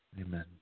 Amen